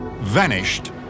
vanished